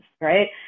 right